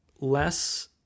less